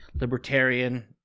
Libertarian